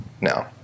No